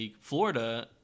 Florida